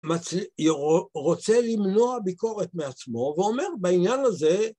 רוצה למנוע ביקורת מעצמו ואומר בעניין הזה